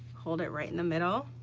hold it right in the middle,